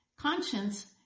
Conscience